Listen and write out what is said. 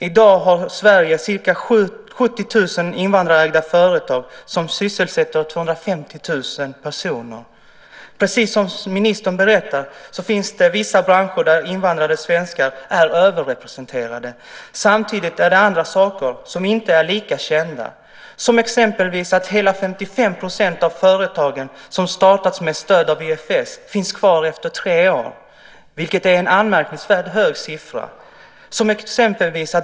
I dag har Sverige ca 70 000 invandrarägda företag som sysselsätter 250 000 personer. Precis som ministern berättade finns det vissa branscher där invandrade svenskar är överrepresenterade. Samtidigt är det andra saker som inte är lika kända. Till exempel finns hela 55 % av företagen som startats med stöd av IFS kvar efter tre år, vilket är en anmärkningsvärt hög siffra.